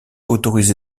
autorisé